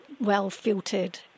well-filtered